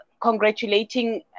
Congratulating